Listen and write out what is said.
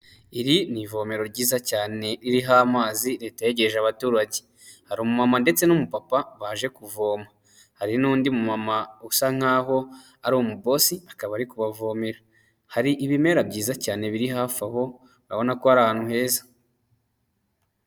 Iri ni ivomero ryiza cyane iriho amazi leta yegereje abaturage, hari umumama ndetse n'umupapa baje kuvoma hari n'undi mumama usa nkaho ari umu bosi, akaba ari kubavomera hari ibimera byiza cyane biri hafi aho abona ko ari ahantu heza.